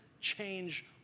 change